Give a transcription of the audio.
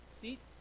seats